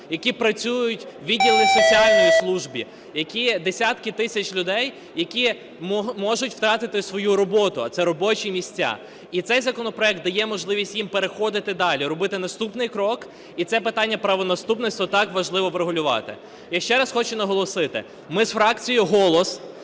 які працюють у відділах соціальної служби, десятки тисяч людей, які можуть втратити свою роботу, а це робочі місця. І цей законопроект дає можливість їм переходити далі, робити наступний крок, і це питання правонаступництва так важливо врегулювати. Я ще раз хочу наголосити: ми з фракцією "Голос"